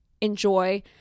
enjoy